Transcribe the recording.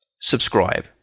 subscribe